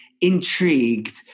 intrigued